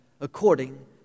according